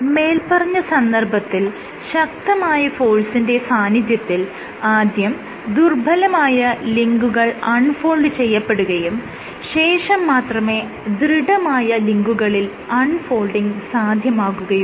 മേല്പറഞ്ഞ സന്ദർഭത്തിൽ ശക്തമായ ഫോഴ്സിന്റെ സാന്നിധ്യത്തിൽ ആദ്യം ദുർബ്ബലമായ ലിങ്കുകൾ അൺ ഫോൾഡ് ചെയ്യപ്പെടുകയും ശേഷം മാത്രമേ ദൃഢമായ ലിങ്കുകളിൽ അൺ ഫോൾഡിങ് സാധ്യമാകുകയുള്ളൂ